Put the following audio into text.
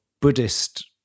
Buddhist